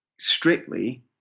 strictly